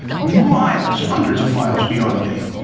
miles, hundreds of miles beyond me.